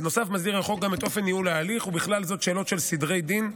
בנוסף החוק מסדיר גם את אופן ניהול ההליך ובכלל זה שאלות של סדרי דין,